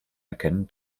erkennen